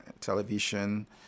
television